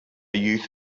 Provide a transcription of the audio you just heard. youth